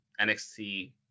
NXT